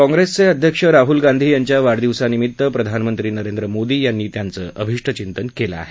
काँग्रेसचे अध्यक्ष राहुल गांधी यांच्या वाढदिवसानिमित्त प्रधानमंत्री नरेंद्र मोदी यांनी त्यांचं अभिष्टचिंतन केलं आहे